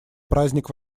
праздник